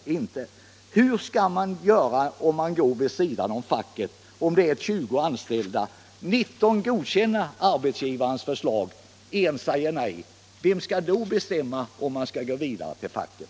Hur skall man göra, om man går vid sidan av facket? Antag att det på en arbetsplats finns 20 anställda, av vilka 19 godkänner arbetsgivarens förslag men en säger nej. Vem skall då bestämma om man skall gå vidare till facket?